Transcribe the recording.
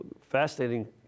fascinating